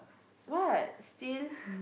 what still